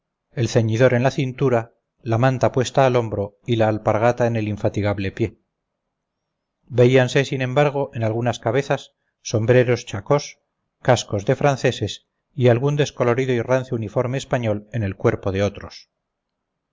el ceñidor en la cintura la manta puesta al hombro y la alpargata en el infatigable pie veíanse sin embargo en algunas cabezas sombreros chacós cascos de franceses y algún descolorido y rancio uniforme español en el cuerpo de otros